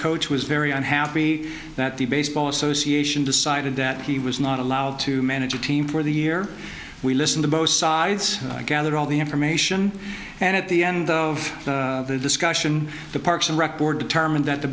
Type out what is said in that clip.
coach was very unhappy that the baseball association decided that he was not allowed to manage a team for the year we listen to both sides gather all the information and at the end of the discussion the parks and rec board determined that the